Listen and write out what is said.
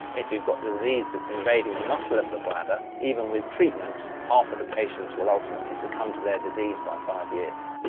if you've got disease that is invading the muscle of the bladder, even with treatment half of the patients will ultimately succumb to their disease by five years.